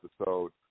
episode